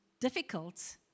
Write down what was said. Difficult